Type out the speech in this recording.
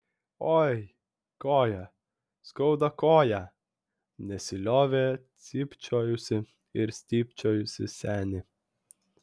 oi koją skauda koją nesiliovė cypčiojusi ir stypčiojusi senė